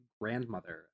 grandmother